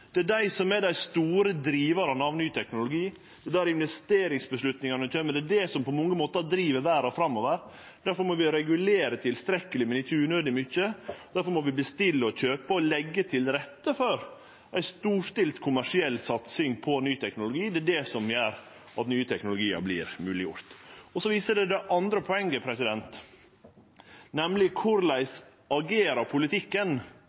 Det er dei som er dei store drivarane av ny teknologi, det er der investeringsavgjerdene kjem, det er det som på mange måtar driv verda framover. Difor må vi regulere tilstrekkeleg, men ikkje unødig mykje. Difor må vi bestille og kjøpe og leggje til rette for ei storstilt kommersiell satsing på ny teknologi. Det er det som gjer nye teknologiar mogleg. Det viser òg det andre poenget, nemleg korleis politikken